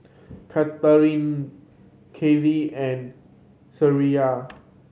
Katelyn Kylee and Shreya